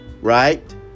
right